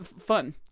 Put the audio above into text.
fun